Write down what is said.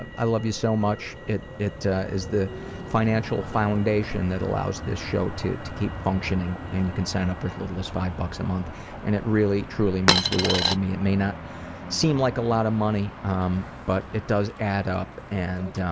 um i love you so much. it it is the financial foundation that allows this show to to keep functioning and you can sign up for as little as five bucks and month and it really, truly means the world to me. it may not seem like a lot of money um but it does add up and